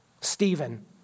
Stephen